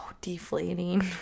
deflating